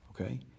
Okay